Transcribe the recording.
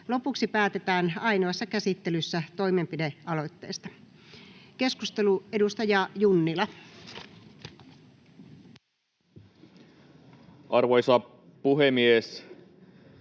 Lopuksi päätetään ainoassa käsittelyssä toimenpidealoitteesta. — Keskustelu, edustaja Junnila. [Speech